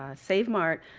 ah save mart.